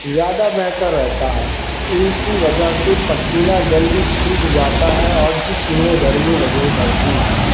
زیادہ بہتر رہتا ہے ان کی وجہ سے پسینہ جلدی سوکھ جاتا ہے اور جسم میں گرمی نہیں بھرتی